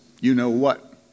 you-know-what